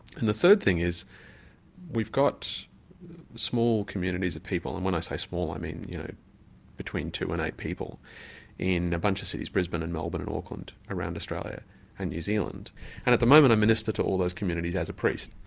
and the third thing is we've got small communities of people and when i say small i mean you know between two and eight people in a bunch of cities, brisbane and melbourne and auckland around australia and new zealand and at the moment i minister to all those communities as a priest.